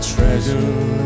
Treasure